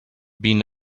been